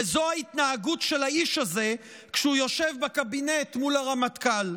וזו ההתנהגות של האיש הזה כשהוא יושב בקבינט מול הרמטכ"ל.